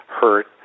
hurt